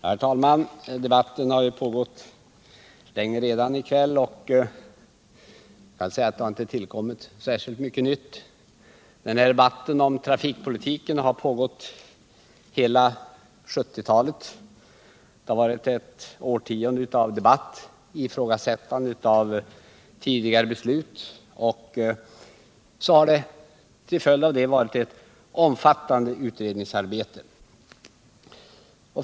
Herr talman! Debatten har redan pågått länge i kväll, och det har inte tillkommit särskilt mycket nytt. Debatten om trafikpolitiken har pågått hela 1970-talet. Det har varit ett årtionde av debatt, ifrågasättande av tidigare beslut och till följd av det ett omfattande utredningsarbete.